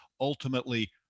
ultimately